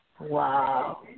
Wow